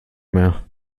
mehr